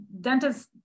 dentists